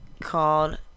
called